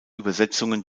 übersetzungen